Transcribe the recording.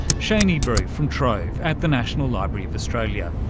cheney brew from trove at the national library of australia.